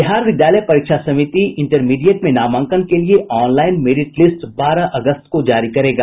बिहार विद्यालय परीक्षा समिति इंटरमीडियट में नामांकन के लिए ऑनलाईन मेरिट लिस्ट बारह अगस्त को जारी करेगा